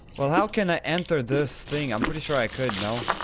well how can i enter this thing i'm pretty sure i could. no?